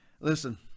Listen